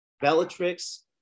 Bellatrix